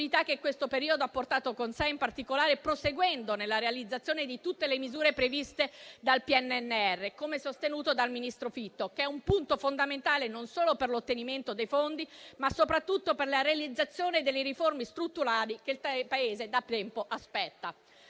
che questo periodo ha portato con sé, in particolare proseguendo nella realizzazione di tutte le misure previste dal PNRR - come sostenuto dal ministro Fitto - che è un punto fondamentale non solo per l'ottenimento dei fondi, ma anche e soprattutto per la realizzazione delle riforme strutturali che il Paese da tempo aspetta.